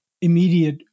immediate